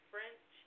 French